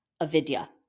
avidya